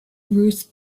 ruth